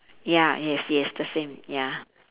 ya yes yes the same ya